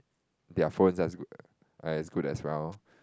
their phones as good are as good as round